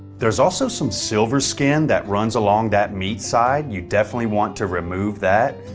there's also some silver skin that runs along that meat side you definitely want to remove that.